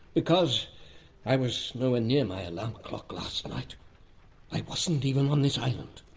because i was nowhere near my alarm clock last night i wasn't even on this island!